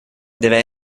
deve